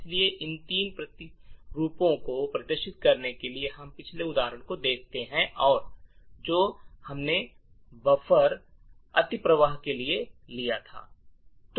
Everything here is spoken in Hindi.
इसलिए इन तीन प्रतिरूपों को प्रदर्शित करने के लिए हम पिछले उदाहरण को देखते हैं जो हमने बफर अतिप्रवाह के लिए लिया था